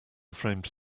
framed